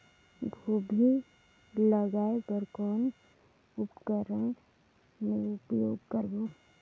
गोभी जगाय बर कौन उपकरण के उपयोग करबो?